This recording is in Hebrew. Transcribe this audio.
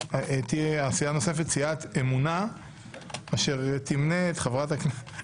הסיעה הנוספת היא סיעת אמונה אשר תמנה את חברת הכנסת